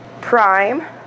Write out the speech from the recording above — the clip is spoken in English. prime